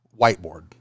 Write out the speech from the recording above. whiteboard